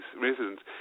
residents